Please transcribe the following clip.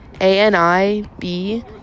A-N-I-B